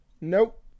Nope